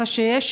ככה שיש,